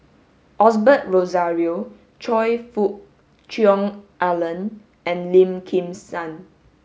Osbert Rozario Choe Fook Cheong Alan and Lim Kim San